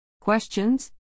Questions